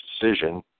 decision